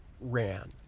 ran